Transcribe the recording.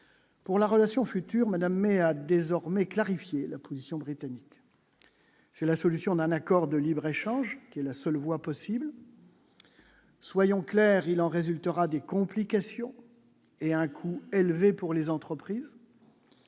pour la relation future Madame mais a désormais clarifier la position britannique, c'est la solution d'un accord de libre-échange qui est la seule voie possible, soyons clairs, il en résultera des complications et un coût élevé pour les entreprises,